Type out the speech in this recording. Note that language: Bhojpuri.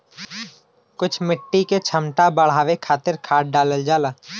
कुछ मिट्टी क क्षमता बढ़ावे खातिर खाद डालल जाला